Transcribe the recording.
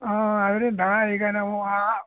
ಅದ್ರಿಂದ ನಾವು ಈಗ ನಾವು ಆ